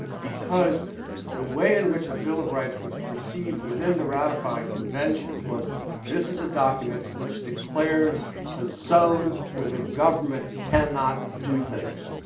because the way in which a bill of rights was perceived within the ratified conventions was this is a document which declares a zone where the government cannot do things.